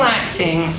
acting